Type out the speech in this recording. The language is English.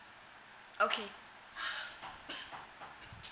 okay